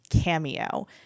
cameo